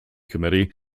committee